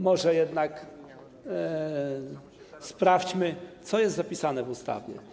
Może jednak sprawdźmy, co jest zapisane w ustawie.